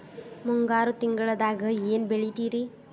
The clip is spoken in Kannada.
ಮುಂಗಾರು ತಿಂಗಳದಾಗ ಏನ್ ಬೆಳಿತಿರಿ?